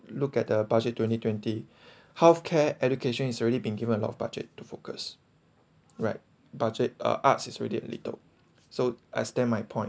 look at the budget twenty twenty health care education is already been given a lot of budget to focus right budget uh arts is already a little so extend my point